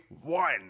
one